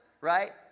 right